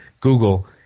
Google